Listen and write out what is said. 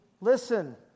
listen